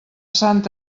sant